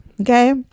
Okay